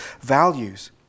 values